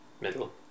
middle